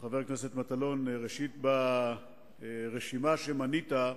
חבר הכנסת מטלון, ברשימה שמנית,